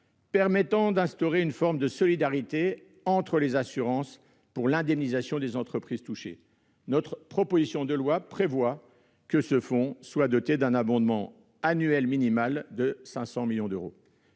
d'État, instaurant une forme de solidarité entre les assurances pour l'indemnisation des entreprises touchées. Notre proposition de loi prévoit pour ce fonds un abondement annuel minimal de 500 millions d'euros.